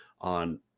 on